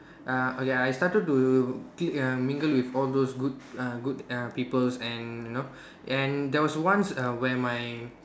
uh okay uh I started to clique uh mingle with all those good uh good uh peoples and you know and there was once um where my